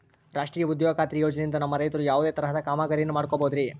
ರಾಷ್ಟ್ರೇಯ ಉದ್ಯೋಗ ಖಾತ್ರಿ ಯೋಜನೆಯಿಂದ ನಮ್ಮ ರೈತರು ಯಾವುದೇ ತರಹದ ಕಾಮಗಾರಿಯನ್ನು ಮಾಡ್ಕೋಬಹುದ್ರಿ?